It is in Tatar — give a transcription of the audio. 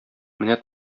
менә